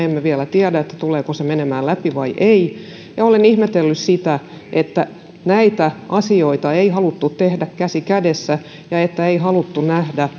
emme vielä tiedä tuleeko se menemään läpi vai ei olen ihmetellyt sitä että näitä asioita ei haluttu tehdä käsi kädessä eikä haluttu nähdä